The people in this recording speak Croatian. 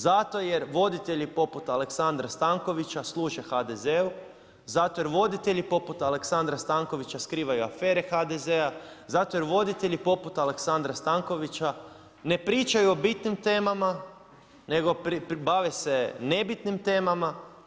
Zato jer voditelji poput Aleksandra Stankovića služe HDZ-u zato jer voditelji poput Aleksandra Stankovića skrivaju afere HDZ-a, zato jer voditelji poput Aleksandra Stankovića ne pričaju o bitnim temama nego bave se nebitnim temama.